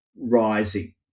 rising